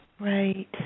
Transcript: Right